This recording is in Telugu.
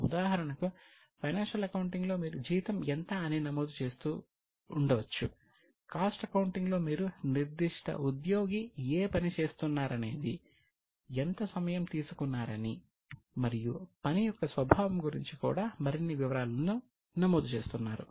ఉదాహరణకు ఫైనాన్షియల్ అకౌంటింగ్లో మీరు జీతం ఎంత అని నమోదు చేస్తుండవచ్చు కాస్ట్ అకౌంటింగ్ లో మీరు నిర్దిష్ట ఉద్యోగి ఏ పని చేస్తున్నారనేది ఎంత సమయం తీసుకున్నారని మరియు పని యొక్క స్వభావం గురించి కూడా మరిన్ని వివరాలను నమోదు చేస్తున్నారు